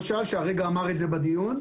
שהרגע אמר את זה בדיון,